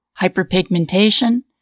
hyperpigmentation